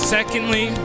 Secondly